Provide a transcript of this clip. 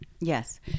Yes